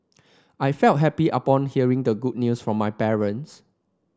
I felt happy upon hearing the good news from my parents